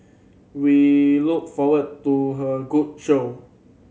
we look forward to her a good show